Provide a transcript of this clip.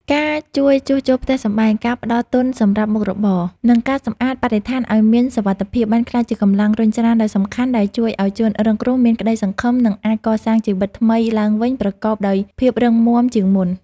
ការជួយជួសជុលផ្ទះសម្បែង ការផ្ដល់ទុនសម្រាប់មុខរបរ និងការសម្អាតបរិស្ថានឱ្យមានសុវត្ថិភាព បានក្លាយជាកម្លាំងរុញច្រានដ៏សំខាន់ដែលជួយឱ្យជនរងគ្រោះមានក្ដីសង្ឃឹម និងអាចកសាងជីវិតថ្មីឡើងវិញប្រកបដោយភាពរឹងមាំជាងមុន។